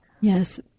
Yes